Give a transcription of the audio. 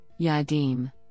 YADIM